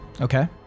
Okay